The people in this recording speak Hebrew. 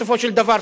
בסופו של דבר,